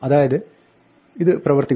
അതായത് ഇത് പ്രവർത്തിക്കുന്നു